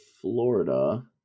Florida